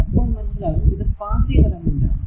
അപ്പോൾ മനസ്സിലാകും ഇത് പാസ്സീവ് എലമെന്റ് ആണ്